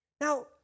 Now